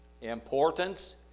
importance